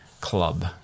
club